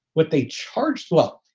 what they charged. well,